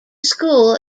school